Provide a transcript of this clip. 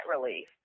relief